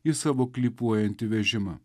į savo klypuojantį vežimą